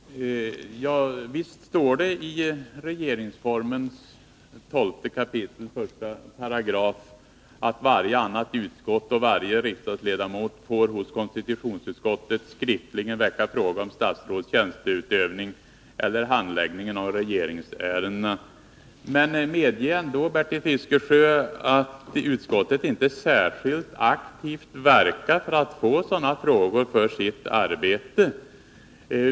Herr talman! Visst står det i regeringsformen 12 kap. 1§ att varje annat utskott och varje riksdagsledamot får hos konstitutionsutskottet skriftligen väcka fråga om statsråds tjänsteutövning eller handläggningen av regeringsärende, men medge ändå, Bertil Fiskesjö, att utskottet inte särskilt aktivt verkar för att få med sådana frågor i sitt arbete.